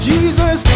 Jesus